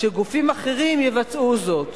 שגופים אחרים יבצעו זאת.